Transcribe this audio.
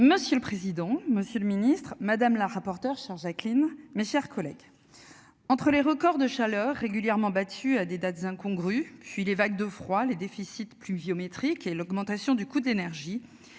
Monsieur le président, Monsieur le Ministre Madame la rapporteure Jacqueline mes chers collègues. Entre les records de chaleur régulièrement battu à des dates incongru puis les vagues de froid les déficits pluviométriques et l'augmentation du coût de l'énergie.